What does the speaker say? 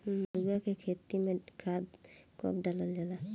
मरुआ के खेती में खाद कब डालल जाला?